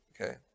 Okay